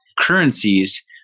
currencies